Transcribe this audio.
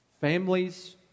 Families